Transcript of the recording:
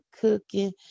cooking